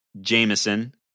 Jameson